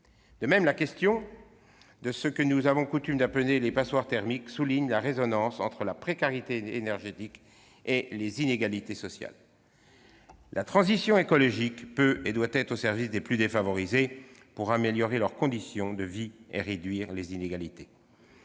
De même, la question de ce que nous avons coutume d'appeler les passoires thermiques souligne la résonance entre précarité énergétique et inégalités sociales : la transition écologique peut et doit être au service des plus défavorisés, pour améliorer leurs conditions de vie et réduire les inégalités.